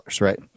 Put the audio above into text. right